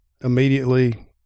immediately